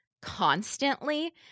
constantly